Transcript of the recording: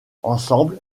ensemble